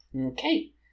Okay